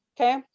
Okay